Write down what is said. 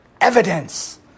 evidence